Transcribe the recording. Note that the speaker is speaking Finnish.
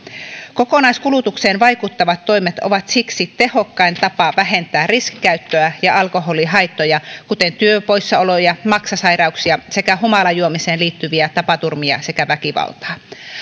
kokonaiskulutukseen vaikuttavat toimet ovat siksi tehokkain tapa vähentää riskikäyttöä ja alkoholihaittoja kuten työpoissaoloja maksasairauksia sekä humalajuomiseen liittyviä tapaturmia sekä väkivaltaa